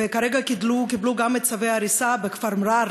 וכרגע קיבלו צווי הריסה בכפר מע'אר,